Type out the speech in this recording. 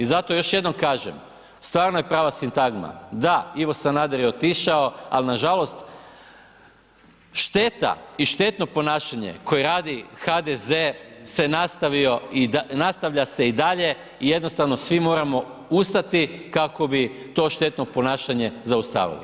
I zato još jednom kažem, stvarno je prava sintagma, da Ivo Sanader je otišao, al nažalost, šteta i štetno ponašanje koje radi HDZ nastavlja se i dalje i jednostavno svi moramo ustati kako bi to štetno ponašanje zaustavili.